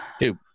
Dude